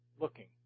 looking